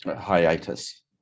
hiatus